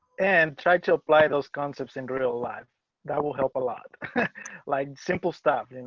and try to apply those concepts in real life that will help a lot like simple stuff, and and